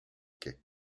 quai